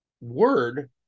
word